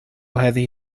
هذه